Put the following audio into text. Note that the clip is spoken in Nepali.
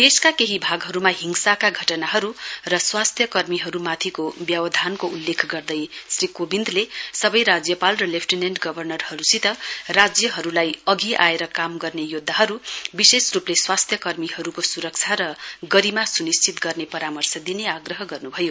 देशका केही भागहरूमा हिंसाका घटनाहरू र स्वास्थ्य कर्मीहरू माथिको व्यवधानको उल्लेख गर्दै श्री कोविन्दले सबै राज्यपाल र लेफ्टिनेन्ट गर्वनरहरूसित राज्यहरूलाई अघि आएर काम गर्ने योद्धाहरू विशेष रूपले स्वास्थ्य कर्मीहरूको स्रक्षा र गरिमा स्निश्चित गर्ने परामर्श दिने आग्रह गर्न् भयो